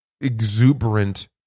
exuberant